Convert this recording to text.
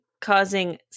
causing